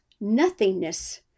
nothingness